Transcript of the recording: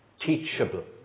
Teachable